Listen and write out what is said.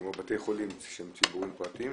כמו בתי חולים שהם ציבוריים-פרטיים,